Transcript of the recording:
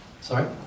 Sorry